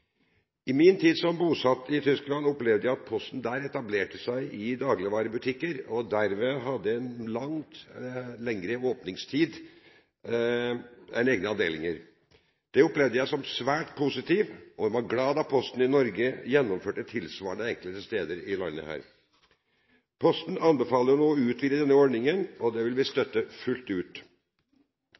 I min tid som bosatt i Tyskland opplevde jeg at posten der etablerte seg i dagligvarebutikker og dermed hadde lengre åpningstid enn de egne avdelingene. Det opplevde jeg som svært positivt, og jeg var glad da Posten i Norge gjennomførte tilsvarende enkelte steder her i landet. Posten anbefaler å utvide denne ordningen, og det vil vi støtte fullt ut.